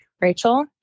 Rachel